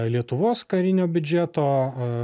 lietuvos karinio biudžeto